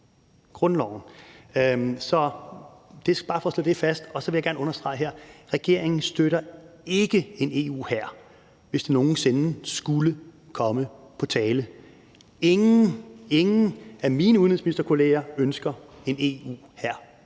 Så vil jeg gerne understrege her: Regeringen støtter ikke en EU-hær, hvis det nogen sinde skulle komme på tale. Ingen – ingen – af mine udenrigsministerkolleger ønsker en EU-hær.